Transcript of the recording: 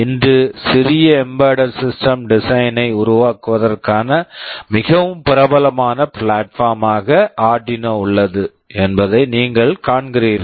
இன்று சிறிய embedded system design embedded system design ஐ உருவாக்குவதற்கான மிகவும் பிரபலமான ப்ளாட்பார்ம் platform ஆக ஆர்டினோ Arduino உள்ளது என்பதை நீங்கள் காண்கிறீர்கள்